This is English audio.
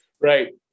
right